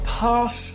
pass